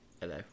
Hello